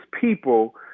people